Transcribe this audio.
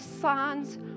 signs